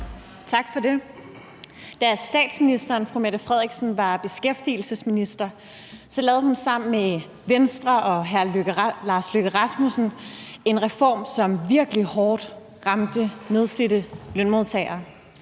Tak for det. Da statsministeren, fru Mette Frederiksen, var beskæftigelsesminister, lavede hun sammen med Venstre og hr. Lars Løkke Rasmussen en reform, som virkelig ramte nedslidte lønmodtagere